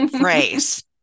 phrase